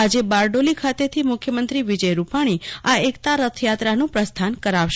આજે બારડોલી ખાતેથી મુખ્યમંત્રી વિજયરૂપાછી એકતારથ યાત્રાનું પ્રસ્યાન કરાવશે